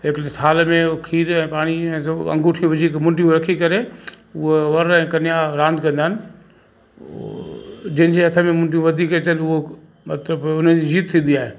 हिकिड़े थाल में खीर ऐं पाणीअ जो अंगुठियूं विझी मुंडियूं रखी करे उहे वर ऐं कन्या रांद कंदा आहिनि पोइ जंहिंजे हथ में मुंडियूं वधीक अचनि उहो मतिलबु उन जी जीत थींदी आहे